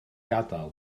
gadael